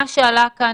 מה שעלה כאן,